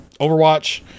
Overwatch